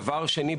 דבר שני,